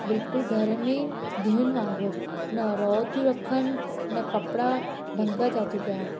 बिल्कुल घर में धीअनि वांगुर न रओ तियूं रखन न कपड़ा ढंग जा तियूं पाइन